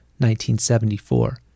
1974